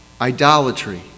idolatry